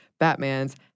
Batman's